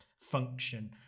function